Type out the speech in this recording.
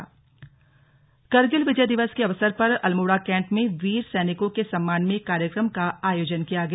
slug Vijay Diwas Almora Kargil Vijay Diwas के अवसर पर अल्मोड़ा कैंट में वीर सैनिकों के सम्मान में कार्यक्रम का आयोजन किया गया